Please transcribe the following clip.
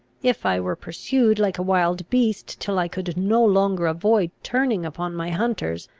if i were pursued like a wild beast, till i could no longer avoid turning upon my hunters,